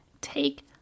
Take